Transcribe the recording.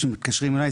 ברגע שמתקשרים אליי,